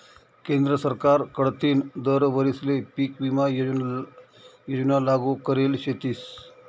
केंद्र सरकार कडथीन दर वरीसले पीक विमा योजना लागू करेल शेतीस